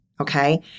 Okay